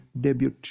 debut